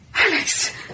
Alex